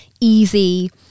easy